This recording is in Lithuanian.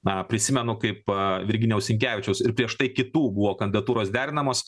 na prisimenu kaip virginijaus sinkevičiaus ir prieš tai kitų buvo kandidatūros derinamos